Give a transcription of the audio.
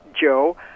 joe